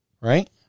right